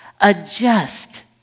Adjust